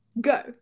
go